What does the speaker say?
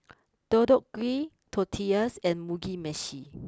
Deodeok Gui Tortillas and Mugi Meshi